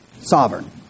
Sovereign